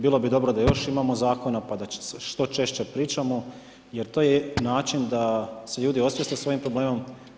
Bilo bi dobro da još imamo zakona pa da što češće pričamo jer to je način da se ljudi osvijeste s ovim problem.